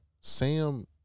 Sam